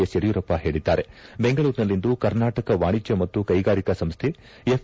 S Yediyurappa ಹೇಳಿದ್ದಾರೆ ಬೆಂಗಳೂರಿನಲ್ಲಿಂದು ಕರ್ನಾಟಕ ವಾಣಿಜ್ಯ ಮತ್ತು ಕೈಗಾರಿಕಾ ಸಂಸ್ಥೆ ಎಫ್